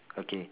okay